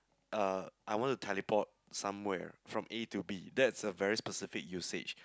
uh I want to teleport somewhere from A to B that's a very specific usage